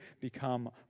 become